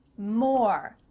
more,